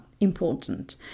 important